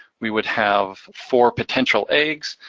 we would have four potential eggs.